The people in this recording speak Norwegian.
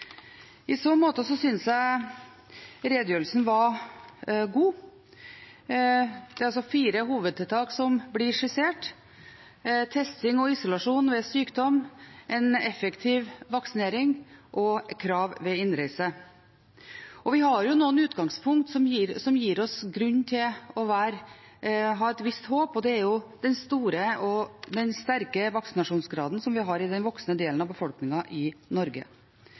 I så måte syns jeg redegjørelsen var god. Det er altså fire hovedtiltak som blir skissert: testing og isolasjon ved sykdom, en effektiv vaksinering og krav ved innreise. Vi har jo noen utgangspunkt som gir oss grunn til å ha et visst håp, bl.a. den store vaksinasjonsgraden som vi har i den voksne delen av befolkningen i Norge.